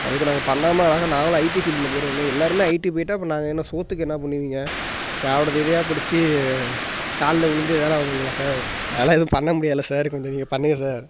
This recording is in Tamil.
அதுக்கு நாங்கள் பண்ணாமல் அழகா நாங்களும் ஐடி ஃபீல்டில் போயிடுவோமே எல்லோருமே ஐடி போயிட்டால் அப்போ நாங்க என்ன சோற்றுக்கு என்ன பண்ணுவீங்க யாரோடது இதையா புடிச்சு காலில் உழுந்து வேலை வாங்குவீங்களா சார் அதெல்லாம் எதுவும் பண்ண முடியாதில சார் கொஞ்சம் நீங்கள் பண்ணுங்கள் சார்